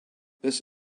this